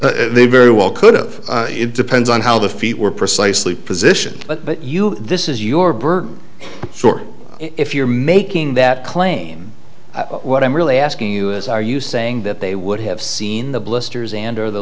they very well could've it depends on how the feet were precisely position but you this is your burden if you're making that claim what i'm really asking you is are you saying that they would have seen the blisters and or the